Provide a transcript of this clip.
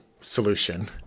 solution